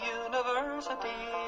university